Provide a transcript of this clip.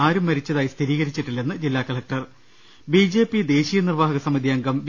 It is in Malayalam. ആരും മരിച്ചതായി സ്ഥിരീകരിച്ചിട്ടി ല്ലെന്ന് ജില്ലാ കലക്ടർ ബി ജെ പി ദേശീയ നിർവ്വാഹക സമിതി അംഗം വി